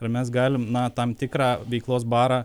ir mes galim na tam tikrą veiklos barą